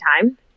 time